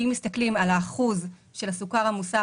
שאם מסתכלים על האחוז של הסוכר המוסף